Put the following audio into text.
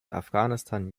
afghanistan